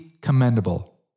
commendable